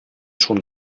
schon